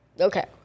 Okay